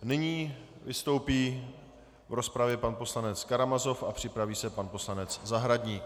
Nyní vystoupí v rozpravě pan poslanec Karamazov a připraví se pan poslanec Zahradník.